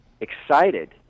excited